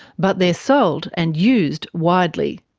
but they're sold and used widely.